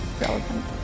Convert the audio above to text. relevant